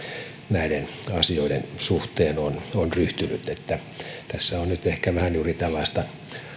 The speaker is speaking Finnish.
näiden asioiden suhteen on on ryhtynyt tässä on nyt ehkä vähän juuri tällaista